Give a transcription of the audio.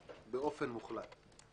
באופן מוחלט.